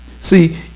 See